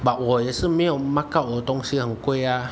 but 我也是没有 markup 我的东西很贵啊